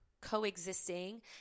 coexisting